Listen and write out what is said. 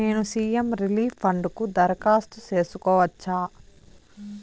నేను CM relief fund కు దరఖాస్తు సేసుకోవచ్చా?